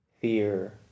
fear